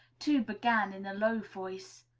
two began, in a low voice,